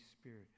Spirit